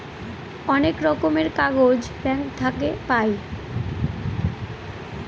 অনেক রকমের কাগজ ব্যাঙ্ক থাকে পাই